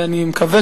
ואני מקווה,